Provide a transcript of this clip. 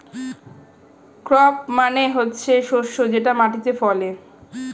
crop মানে হচ্ছে শস্য যেটা মাটিতে ফলে